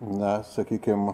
na sakykim